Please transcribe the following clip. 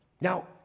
Now